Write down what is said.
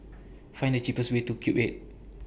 Find The cheapest Way to Cube eight